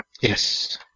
Yes